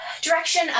Direction